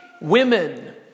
women